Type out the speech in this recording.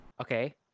Okay